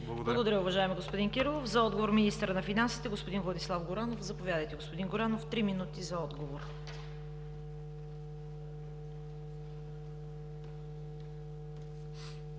Благодаря, уважаеми господин Кирилов. За отговор – министърът на финансите, господин Владислав Горанов. Заповядайте, господин Горанов. МИНИСТЪР ВЛАДИСЛАВ